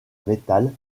métal